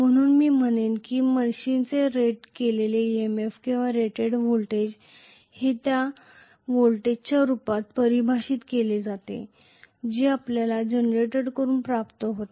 म्हणून मी म्हणेन की मशीनचे रेट केलेले EMF किंवा रेटेड व्होल्टेज हे त्या व्होल्टेजच्या रूपात परिभाषित केले जाते जे आपल्या जनरेटरकडून प्राप्त होते